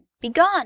BEGONE